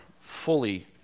fully